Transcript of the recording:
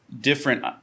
different